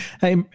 hey